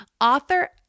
Author